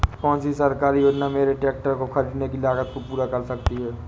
कौन सी सरकारी योजना मेरे ट्रैक्टर को ख़रीदने की लागत को पूरा कर सकती है?